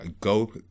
go